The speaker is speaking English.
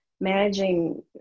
managing